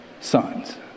sons